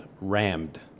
rammed